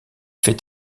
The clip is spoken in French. fait